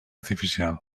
artificial